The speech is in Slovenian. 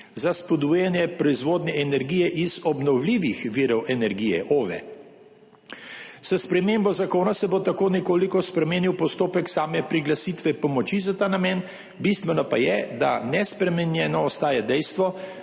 za spodbujanje proizvodnje energije iz obnovljivih virov energije, OVE. S spremembo zakona se bo tako nekoliko spremenil postopek same priglasitve pomoči za ta namen. Bistveno pa je, da nespremenjeno ostaja dejstvo,